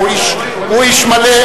הוא איש מלא,